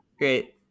Great